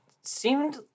seemed